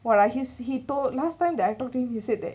well he s~ he told last time I told him he said that